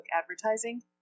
advertising